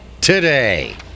today